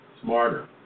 Smarter